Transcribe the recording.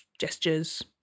gestures